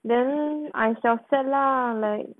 then I 小 sad lah like